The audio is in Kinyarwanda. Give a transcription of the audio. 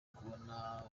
kubona